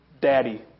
Daddy